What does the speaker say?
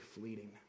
fleeting